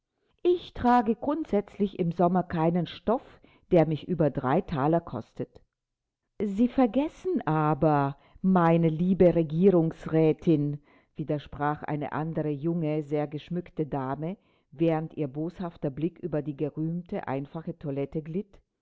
ich trage grundsätzlich im sommer keinen stoff der mich über drei thaler kostet sie vergessen aber meine liebe regierungsrätin widersprach eine andere junge sehr geschmückte dame während ihr boshafter blick über die gerühmte einfache toilette glitt